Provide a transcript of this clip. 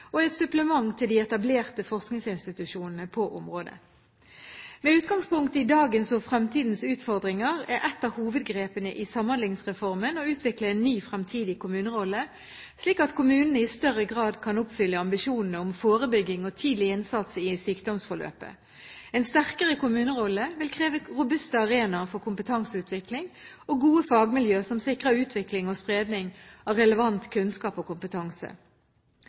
og er et supplement til de etablerte forskningsinstitusjonene på området. Med utgangspunkt i dagens og fremtidens utfordringer er et av hovedgrepene i Samhandlingsreformen å utvikle en ny fremtidig kommunerolle, slik at kommunene i større grad kan oppfylle ambisjonene om forebygging og tidlig innsats i sykdomsforløpet. En sterkere kommunerolle vil kreve robuste arenaer for kompetanseutvikling og gode fagmiljøer som sikrer utvikling og spredning av relevant kunnskap og kompetanse.